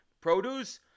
produce